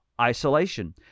Isolation